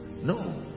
No